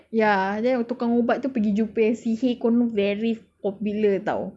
ya the tukang ubat tu pergi jumpa yang sihir konon very popular [tau]